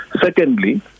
Secondly